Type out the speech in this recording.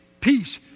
peace